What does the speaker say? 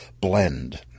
blend